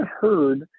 heard